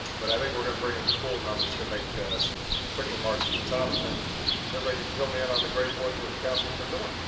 but, i think we're going to bring in pull and i'm just going to make some quick remarks at the top, and then everybody can fill me in on the great work that the council's been doing.